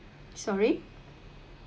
sorry